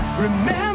Remember